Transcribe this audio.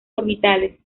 orbitales